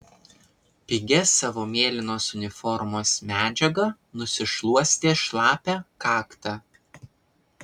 pigia savo mėlynos uniformos medžiaga nusišluostė šlapią kaktą